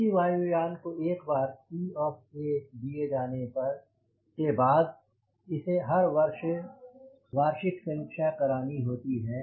किसी वायु यान को एक बार C ऑफ़ A दिए जाने के बाद इसे हर बार वार्षिक समीक्षा करानी होती है